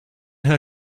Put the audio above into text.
her